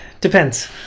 depends